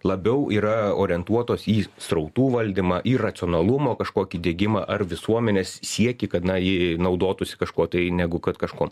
labiau yra orientuotos į srautų valdymą į racionalumo kažkokį diegimą ar visuomenės siekį kad na ji naudotųsi kažkuo tai negu kad kažkuom